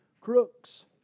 crooks